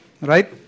Right